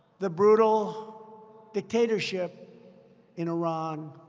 the brutal dictatorship in iran.